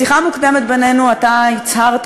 גם אלה מבינינו שאוכלים בשר ואוכלים מזון מהחי,